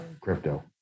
crypto